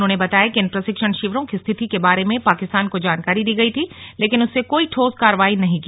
उन्होंने बताया कि इन प्रशिक्षण शिविरों की स्थिति के बारे में पाकिस्तान को जानकारी दी गई थी लेकिन उसने कोई ठोस कार्रवाई नहीं की